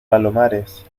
palomares